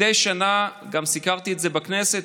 מדי שנה גם סיקרתי את זה בכנסת